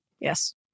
Yes